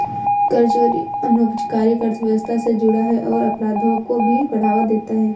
कर चोरी अनौपचारिक अर्थव्यवस्था से जुड़ा है और अपराधों को भी बढ़ावा देता है